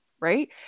right